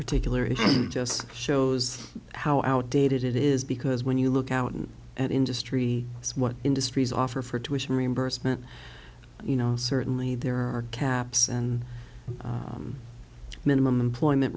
particular issue just shows how outdated it is because when you look out in an industry what industries offer for tuition reimbursement you know certainly there are caps and minimum employment